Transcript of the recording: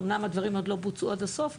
אומנם הדברים עוד לא בוצעו עד הסוף,